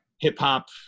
Hip-hop